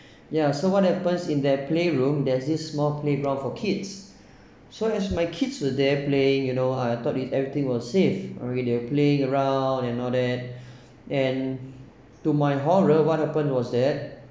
ya so what happens in their playroom there's this small playground for kids as my kids were there playing you know I thought with everything was safe uh they're playing around and and all that and to my horror what happened was that